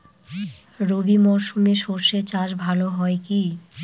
রবি মরশুমে সর্ষে চাস ভালো হয় কি?